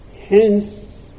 Hence